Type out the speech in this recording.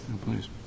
Please